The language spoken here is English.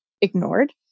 ignored